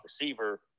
receiver